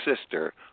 sister